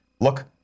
Look